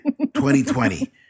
2020